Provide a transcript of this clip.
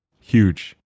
Huge